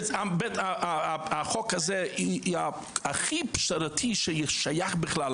החוק הזה הוא הכי פשרתי ששייך בכלל,